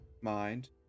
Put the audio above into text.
mind